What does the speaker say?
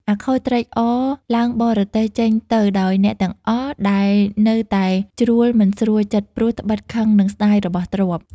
អាខូចត្រេកអរឡើងបរទេះចេញទៅដោយអ្នកទាំងអស់ដែលនៅតែជ្រួលមិនស្រួលចិត្ដព្រោះត្បិតខឹងនិងស្ដាយរបស់ទ្រព្យ។